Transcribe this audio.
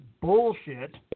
bullshit